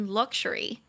luxury